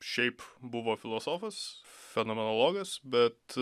šiaip buvo filosofas fenomenologas bet